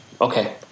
Okay